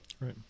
Right